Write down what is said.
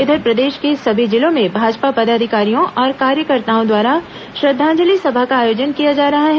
इधर प्रदेश के सभी जिलों में भाजपा पदाधिकारियों और कार्यकर्ताओं द्वारा श्रद्वांजलि सभा का आयोजन किया जा रहा है